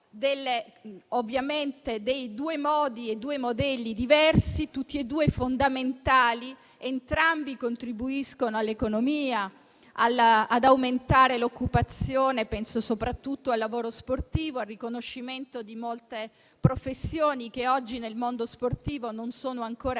ovviamente due modi e due modelli diversi, entrambi fondamentali; entrambi contribuiscono all'economia e all'aumento dell'occupazione. Penso soprattutto al lavoro sportivo, al riconoscimento di molte professioni che oggi, nel mondo sportivo, non sono ancora riconosciute.